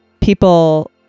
people